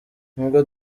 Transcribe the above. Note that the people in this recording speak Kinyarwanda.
n’ubwo